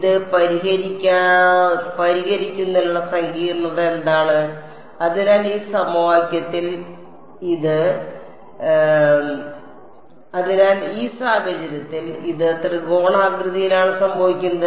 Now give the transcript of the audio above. ഇത് പരിഹരിക്കുന്നതിനുള്ള സങ്കീർണ്ണത എന്താണ് അതിനാൽ ഈ സാഹചര്യത്തിൽ ഇത് ത്രികോണാകൃതിയിലാണ് സംഭവിക്കുന്നത്